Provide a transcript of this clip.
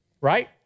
Right